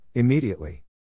Immediately